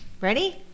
Ready